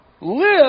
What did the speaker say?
Live